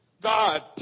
God